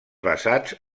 basats